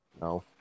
No